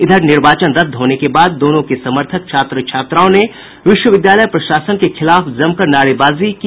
इधर निर्वाचन रद्द होने के बाद दोनों के समर्थक छात्र छात्राओं ने विश्वविद्यालय प्रशासन के खिलाफ जमकर नारेबाजी की